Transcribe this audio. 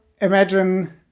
imagine